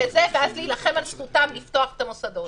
ואז להילחם על זכותם לפתוח את המוסדות.